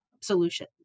solution